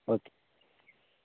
okay